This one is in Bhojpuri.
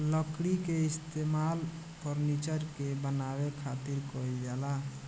लकड़ी के इस्तेमाल फर्नीचर के बानवे खातिर कईल जाला